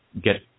get